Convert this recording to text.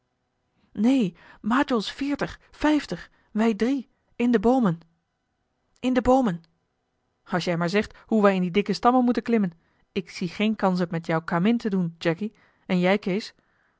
neen majols veertig vijftig wij drie in de boomen als jij maar zegt hoe wij in die dikke stammen moeten klimmen ik zie geen kans het met jouw kamin te doen jacky en jij kees